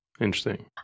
Interesting